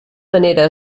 manera